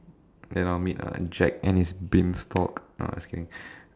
and I'll meet a Jack and his Beanstalk uh just kidding